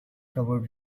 covered